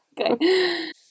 Okay